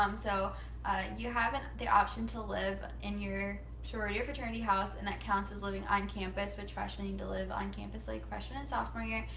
um so you have and the option to live in your sorority or fraternity house. and that counts as living on campus, which freshmen need to live on campus like freshman and sophomore year.